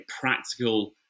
practical